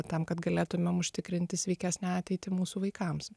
tam kad galėtumėm užtikrinti sveikesnę ateitį mūsų vaikams